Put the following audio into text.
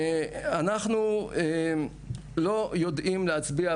אנחנו לא יודעים להצביע,